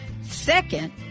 Second